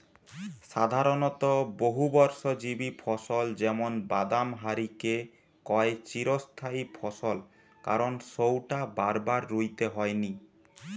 সাধারণত বহুবর্ষজীবী ফসল যেমন বাদাম হারিকে কয় চিরস্থায়ী ফসল কারণ সউটা বারবার রুইতে হয়নি